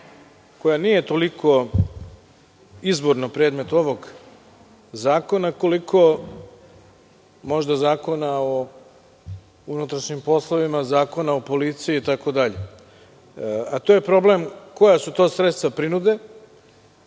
koja nije toliko izborno predmet ovog zakona, koliko možda Zakona o unutrašnjim poslovima, Zakona o policiji itd, a to je problem - koja su to sredstva prinude,